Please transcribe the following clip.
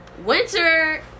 winter